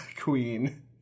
queen